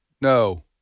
no